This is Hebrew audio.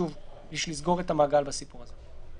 שוב, יש לסגור את המעגל בסיפור הזה.